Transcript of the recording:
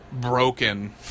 broken